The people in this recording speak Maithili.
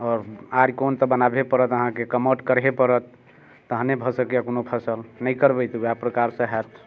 आओर आरि कोन तऽ बनाबहे पड़त अहाँके कमाठु करहे पड़त तखने भऽ सकैए कोनो फसल नहि करबै तऽ उएह प्रकारसँ हैत